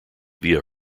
via